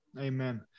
Amen